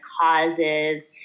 causes